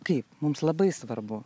kaip mums labai svarbu